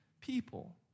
people